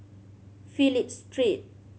Phillip Street